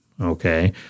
okay